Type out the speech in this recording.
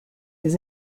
his